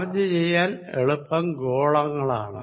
charge ചെയ്യാൻ എളുപ്പം ഗോളങ്ങളാണ്